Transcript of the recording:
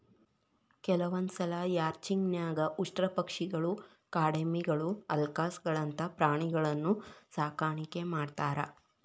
ಕೆಲವಂದ್ಸಲ ರ್ಯಾಂಚಿಂಗ್ ನ್ಯಾಗ ಉಷ್ಟ್ರಪಕ್ಷಿಗಳು, ಕಾಡೆಮ್ಮಿಗಳು, ಅಲ್ಕಾಸ್ಗಳಂತ ಪ್ರಾಣಿಗಳನ್ನೂ ಸಾಕಾಣಿಕೆ ಮಾಡ್ತಾರ